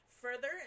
Further